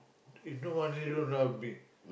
we've no margin road lah B